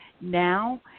now